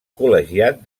col·legiat